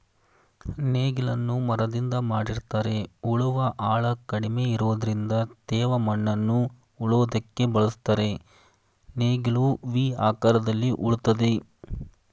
ನೇಗಿಲನ್ನು ಮರದಿಂದ ಮಾಡಿರ್ತರೆ ಉಳುವ ಆಳ ಕಡಿಮೆ ಇರೋದ್ರಿಂದ ತೇವ ಮಣ್ಣನ್ನು ಉಳೋದಕ್ಕೆ ಬಳುಸ್ತರೆ ನೇಗಿಲು ವಿ ಆಕಾರದಲ್ಲಿ ಉಳ್ತದೆ